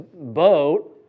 boat